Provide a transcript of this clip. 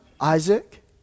Isaac